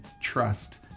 trust